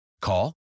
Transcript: Call